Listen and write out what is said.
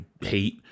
hate